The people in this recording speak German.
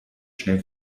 schnell